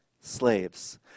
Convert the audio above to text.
Slaves